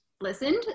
listened